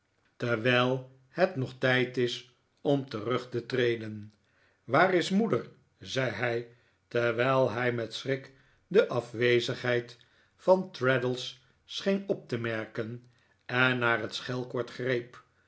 terwijl het nog tijd is om terug te treden waar is moeder zei hij terwijl hij met schrik de afwezigheid van traddles scheen op te merken en naar het schelkoord greep